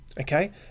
okay